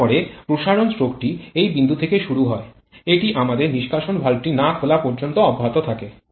তারপরে প্রসারণ স্ট্রোকটি এই বিন্দু থেকে শুরু হয় এটি আমাদের নিষ্কাশন ভালভটি না খোলা পর্যন্ত অব্যাহত থাকে